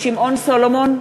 שמעון סולומון,